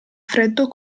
freddo